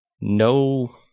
No